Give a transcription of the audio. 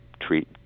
treat